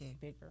Bigger